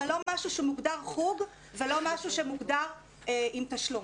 אבל לא משהו שמוגדר חוג ולא משהו שמוגדר עם תשלום.